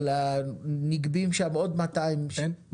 אבל נגבים שם עוד 200 שקל, אין דבר כזה.